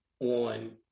On